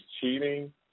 cheating